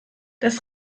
das